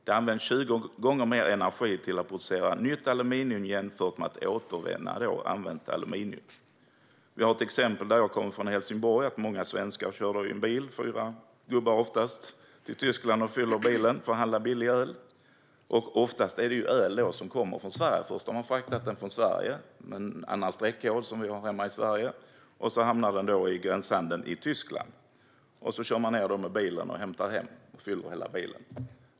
Det används 20 gånger mer energi till att producera nytt aluminium jämfört med att återvinna använt aluminium. Vi har exempel från Helsingborg, där jag kommer ifrån. Många svenskar kör i en bil, oftast fyra gubbar, till Tyskland och fyller bilen med billig öl. Oftast är det öl som har fraktats från Sverige men med en annan streckkod än den som vi har hemma i Sverige som hamnar i gränshandeln i Tyskland. Sedan kör man ned med bilen, hämtar hem det och fyller hela bilen.